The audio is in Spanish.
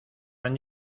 han